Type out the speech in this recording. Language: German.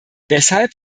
deshalb